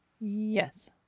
Yes